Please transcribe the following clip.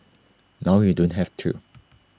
now you don't have to